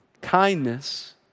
kindness